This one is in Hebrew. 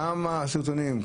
כמה סרטונים,